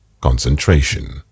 Concentration